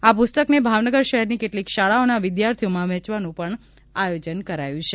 આ પુસ્તકને ભાવનગર શહેરની કેટલીક શાળાઓના વિદ્યાર્થીઓમાં વહેંચવાનું આયોજન કરાયું છે